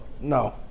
No